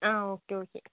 ആ okay okay